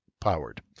powered